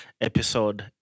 episode